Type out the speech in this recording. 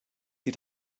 sie